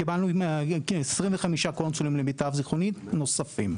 למיטב זכרוני, קיבלנו כ-25 קונסולים נוספים.